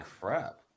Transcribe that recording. crap